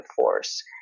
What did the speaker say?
force